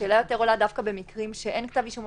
השאלה עולה יותר דווקא במקרים שאין כתב אישום,